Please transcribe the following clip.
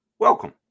welcome